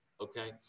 Okay